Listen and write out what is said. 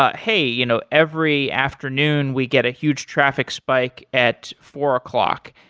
ah hey, you know, every afternoon we get a huge traffic spike at four o'clock.